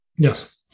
Yes